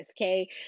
Okay